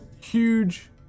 huge